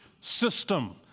system